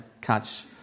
catch